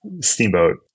Steamboat